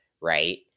right